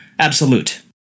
Absolute